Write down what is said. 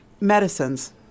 Medicines